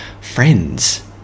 friends